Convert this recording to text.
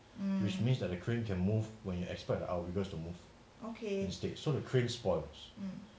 which means the crane can move when expect outrigger to move instead so the crane spoils